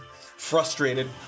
frustrated